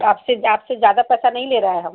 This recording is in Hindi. तो आपसे आपसे ज़्यादा पैसा नहीं ले रहे हम